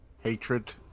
hatred